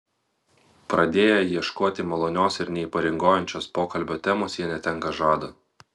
pradėję ieškoti malonios ir neįpareigojančios pokalbio temos jie netenka žado